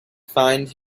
find